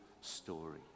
story